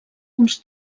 uns